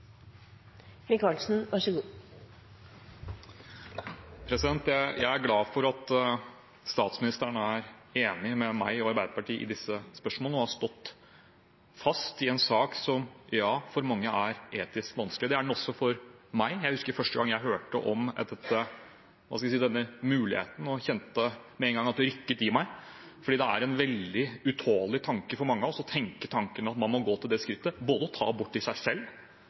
Arbeiderpartiet i disse spørsmålene og har stått fast i en sak som for mange er etisk vanskelig. Det er den også for meg. Jeg husker første gang jeg hørte om – hva skal jeg si – denne muligheten, og jeg kjente med en gang at det rykket i meg, for det er en veldig utålelig tanke for mange av oss at man må gå til det skrittet å ta abort i seg selv,